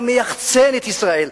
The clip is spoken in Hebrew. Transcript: אתה מייחצן את ישראל,